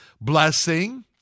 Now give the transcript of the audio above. Blessing